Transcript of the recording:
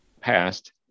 passed